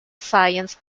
science